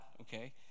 okay